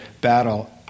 battle